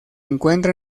encuentra